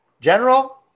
General